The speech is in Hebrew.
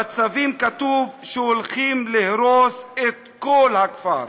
בצווים כתוב שהולכים להרוס את כל הכפר.